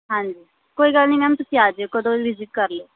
ਹਾਂਜੀ ਕੋਈ ਗੱਲ ਨਹੀਂ ਮੈਮ ਤੁਸੀਂ ਆ ਜਿਓ ਕਦੋਂ ਵਿਜਿਟ ਕਰ ਲਿਓ